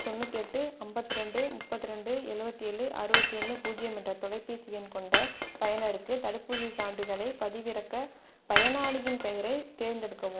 தொண்ணூற்றெட்டு ஐம்பத்ரெண்டு முப்பத்திரெண்டு எழுபத்தேழு அறுபத்தி ஒன்று பூஜியம் என்ற தொலைபேசி எண் கொண்ட பயனருக்கு தடுப்பூசி சான்றிதழை பதிவிறக்க பயனாளியின் பெயரை தேர்ந்தெடுக்கவும்